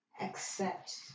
accept